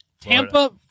Tampa